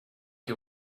you